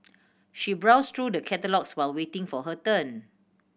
she browsed through the catalogues while waiting for her turn